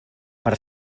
per